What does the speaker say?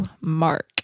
Mark